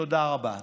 תודה רבה.